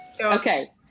Okay